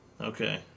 Okay